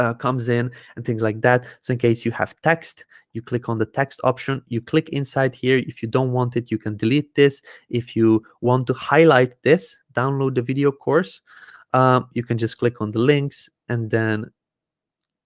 ah comes in and things like that so in case you have text you click on the text option you click inside here if you don't want it you can delete this if you want to highlight this download the video course ah you can just click on the links and then